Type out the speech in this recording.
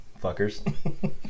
Fuckers